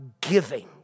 giving